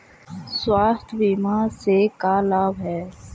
स्वास्थ्य बीमा से का लाभ है?